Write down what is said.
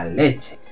leche